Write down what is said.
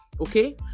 okay